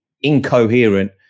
incoherent